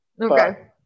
Okay